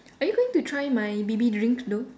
are you going to try my B_B drinks though